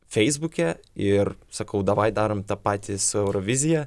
feisbuke ir sakau davai darom tą patį su eurovizija